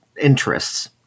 interests